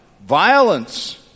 violence